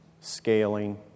scaling